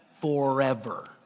forever